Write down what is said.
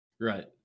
Right